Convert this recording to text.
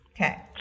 Okay